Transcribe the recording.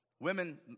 Women